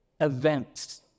events